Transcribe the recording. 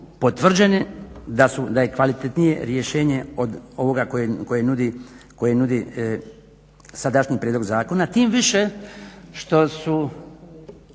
potvrđeni da je kvalitetnije rješenje od ovoga koje nudi sadašnji prijedlog zakona. Tim više što su,